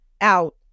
out